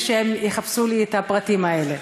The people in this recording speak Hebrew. שיחפשו לי את הפרטים האלה.